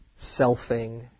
selfing